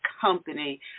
company